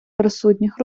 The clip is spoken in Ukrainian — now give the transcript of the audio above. присутніх